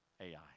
AI